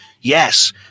Yes